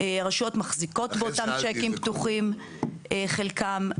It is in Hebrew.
הרשויות מחזיקות באותם צ'קים פתוחים, חלקם.